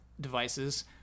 devices